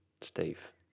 Steve